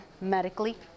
medically